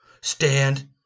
stand